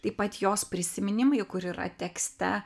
taip pat jos prisiminimai kur yra tekste